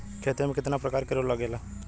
खेती में कितना प्रकार के रोग लगेला?